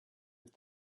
with